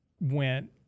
went